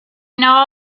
know